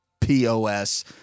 pos